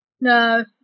No